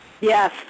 Yes